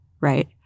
right